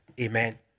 Amen